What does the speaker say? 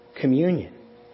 communion